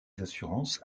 assurances